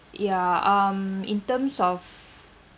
ya um in terms of